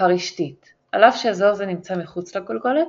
הרשתית - על אף שאזור זה נמצא מחוץ לגולגולת,